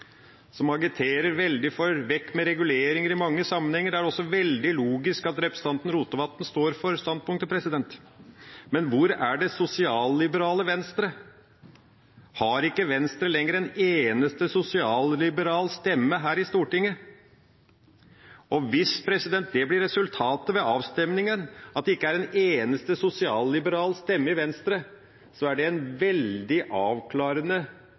sammenhenger agiterer veldig for: vekk med reguleringer. Det er også veldig logisk at representanten Rotevatn står for det standpunktet. Men hvor er det sosialliberale Venstre? Har ikke Venstre lenger en eneste sosialliberal stemme her i Stortinget? Hvis resultatet av avstemningen blir at det ikke er en eneste sosialliberal stemme i Venstre, er det en veldig avklarende